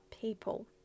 people